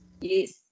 Yes